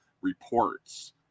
reports